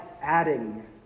adding